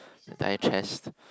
digest